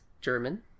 German